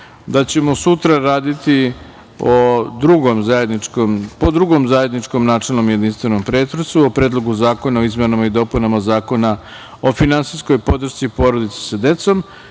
da ćemo sutra raditi po Drugom zajedničkom načelnom i jedinstvenom pretresu, o Predlogu zakona o izmenama i dopunama Zakona o finansijskoj podršci porodici sa decom